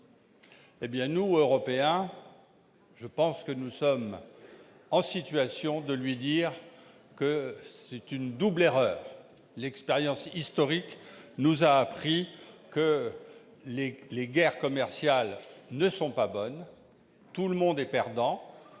». Nous, Européens, sommes en situation de lui dire qu'il s'agit d'une double erreur. L'expérience historique nous a appris que les guerres commerciales ne sont pas bonnes- tout le monde sera perdant,